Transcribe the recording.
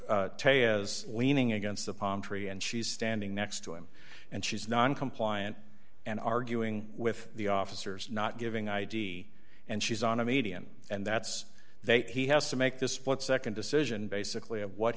as leaning against the palm tree and she's standing next to him and she's non compliant and arguing with the officers not giving i d and she's on a median and that's they he has to make this split nd decision basically of what